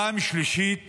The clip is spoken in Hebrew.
פעם שלישית